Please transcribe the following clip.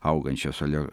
augančios oli